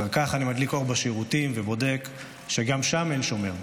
אחר כך אני מדליק אור בשירותים ובודק שגם שם אין שומר.